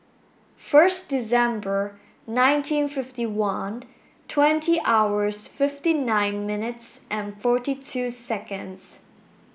first December nineteen fifty one twenty hour fifty nine minutes forty two seconds